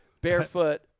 barefoot